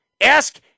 Ask